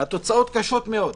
התוצאות קשות מאוד.